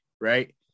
right